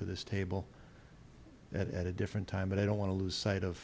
for this table at a different time but i don't want to lose sight of